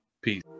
Peace